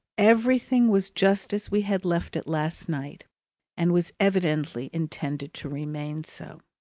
everything was just as we had left it last night and was evidently intended to remain so.